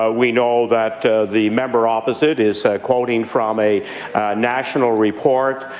ah we know that the member opposite is quoting from a national report.